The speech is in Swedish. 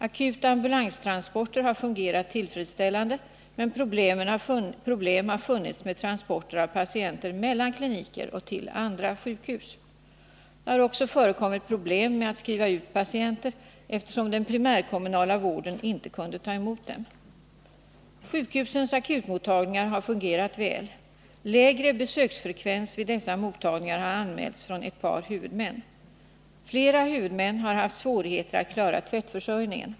Akuta ambulanstransporter har fungerat tillfredsställande, men problem har funnits med transporter av patienter mellan kliniker och till andra sjukhus. Det har också förekommit problem med att skriva ut patienter eftersom den primärkommunala vården inte kunde ta emot dem. Sjukhusens akutmottagningar har fungerat väl. Lägre besöksfrekvens vid dessa mottagningar har anmälts från ett par huvudmän. Flera huvudmän har haft svårigheter att klara tvättförsörjningen.